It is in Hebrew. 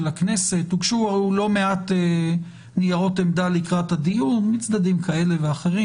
הכנסת הוגשו לא מעט ניירות עמדה לקראת הדיון מצדדים כאלה ואחרים,